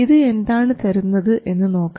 ഇത് എന്താണ് തരുന്നത് എന്ന് നോക്കാം